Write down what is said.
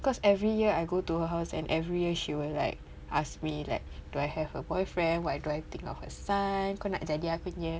cause every year I go to her house and every year she will like ask me like do I have a boyfriend what do I think of her son kau nak jadi aku nya